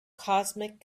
cosmic